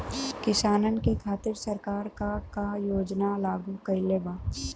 किसानन के खातिर सरकार का का योजना लागू कईले बा?